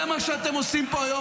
זה מה שאתם עושים פה היום,